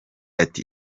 ati